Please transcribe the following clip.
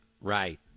right